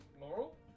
Laurel